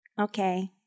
okay